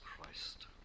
Christ